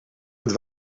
het